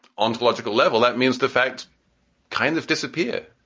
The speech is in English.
ontological level, that means the fact kind of disappear